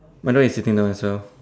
my dog is sitting down as well